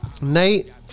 Nate